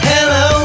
Hello